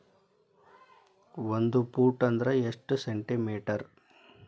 ಒಂದು ಫೂಟ್ ಅಂದ್ರ ಎಷ್ಟು ಸೆಂಟಿ ಮೇಟರ್?